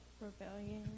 Rebellion